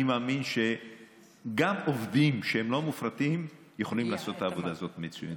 אני מאמין שגם עובדים לא מופרטים יכולים לעשות את העבודה הזאת מצוין,